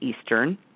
Eastern